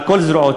על כל זרועותיהם,